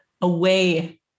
away